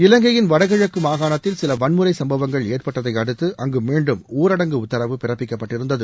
இலங்கையின் வடகிழக்கு மாகாணத்தில் சில வன்முறை சம்பவங்கள் ஏற்பட்டதை அடுத்து அங்கு மீண்டும் ஊரடங்கு உத்தரவு பிறப்பிக்கப்பட்டிருந்தது